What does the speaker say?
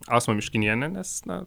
ausmą miškinienę nes na